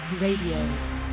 Radio